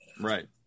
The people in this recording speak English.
Right